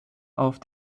auf